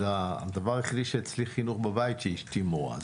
אז הדבר היחיד שאצלי חינוך בבית זה שאשתי מורה.